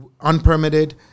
unpermitted